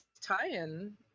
tie-in